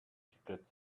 ticket